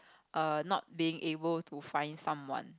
err not being able to find someone